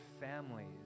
families